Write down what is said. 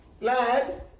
lad